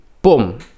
boom